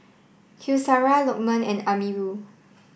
Qaisara Lokman and Amirul